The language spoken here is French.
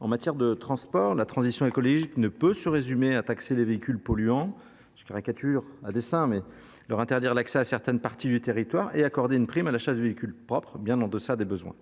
En matière de transport, la transition écologique ne peut se résumer à taxer les véhicules polluants. Certes, je caricature à dessein, mais leur interdire l’accès à certaines parties du territoire et accorder une prime à l’achat de véhicules propres sont des mesures